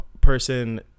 person